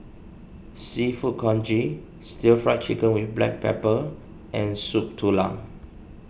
Seafood Congee Stir Fry Chicken with Black Pepper and Soup Tulang